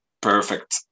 perfect